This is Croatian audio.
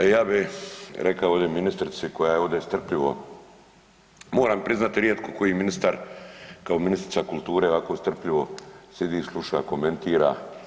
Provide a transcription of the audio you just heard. Ja bih rekao ovdje ministrici koja je ovdje strpljivo, moram priznati rijetko koji ministar kao ministrica kulture ovako strpljivo sjedi i sluša, komentira.